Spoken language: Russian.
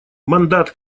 мандат